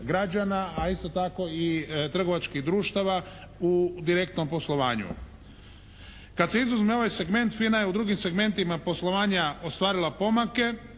a isto tako i trgovačkih društava u direktnom poslovanju. Kada se izuzme ovaj segment FINA je u drugim segmentima poslovanja ostvarila pomake,